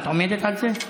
את עומדת על זה?